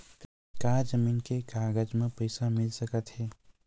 का जमीन के कागज म पईसा मिल सकत हे?